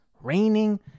raining